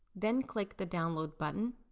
then click the download button.